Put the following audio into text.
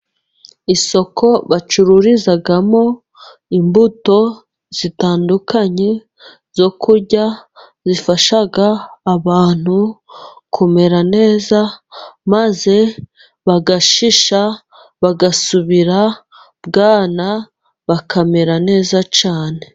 Isoko bacururizamo imbuto zitandukanye zo kurya, zifasha abantu kumera neza, maze bagashisha, bagasubira bwana, bakamera neza cyane.